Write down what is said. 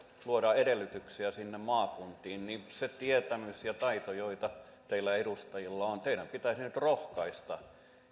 luoda edellytyksiä sinne maakuntiin sillä tietämyksellä ja taidolla joita teillä edustajilla on teidän pitäisi nyt rohkaista